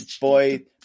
Boy